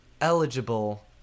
eligible